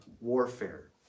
warfare